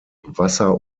wasser